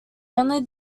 only